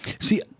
See